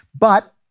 But-